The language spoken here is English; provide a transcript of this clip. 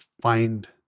find